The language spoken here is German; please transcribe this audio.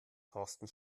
thorsten